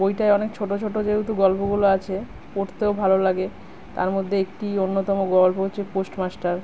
বইটায় অনেক ছোট ছোট যেহেতু গল্পগুলো আছে পড়তেও ভালো লাগে তার মধ্যে একটি অন্যতম গল্প হচ্ছে পোস্টমাস্টার